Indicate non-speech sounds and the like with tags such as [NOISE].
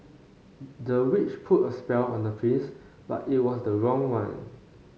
[UNINTELLIGIBLE] the witch put a spell on the prince but it was the wrong one